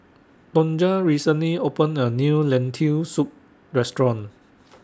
Tonja recently opened A New Lentil Soup Restaurant